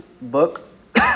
book